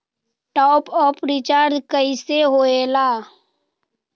Top up recharge कइसे होएला?